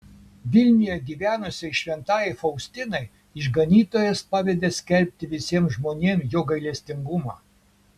vilniuje gyvenusiai šventajai faustinai išganytojas pavedė skelbti visiems žmonėms jo gailestingumą